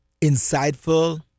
insightful